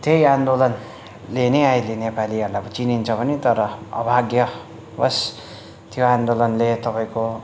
त्यही आन्दोलनले नै अहिले नेपालीहरूलाई चिनिन्छ पनि तर अभाग्यवश त्यो आन्दोलनले तपाईँको